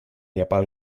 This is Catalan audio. llepar